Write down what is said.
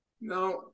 Now